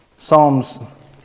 Psalms